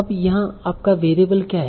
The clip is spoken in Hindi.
अब यहाँ आपका वेरिएबल क्या है